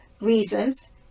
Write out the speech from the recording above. reasons